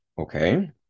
okay